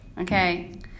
Okay